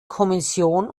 kommission